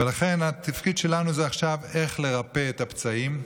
ולכן התפקיד שלנו עכשיו זה איך לרפא את הפצעים,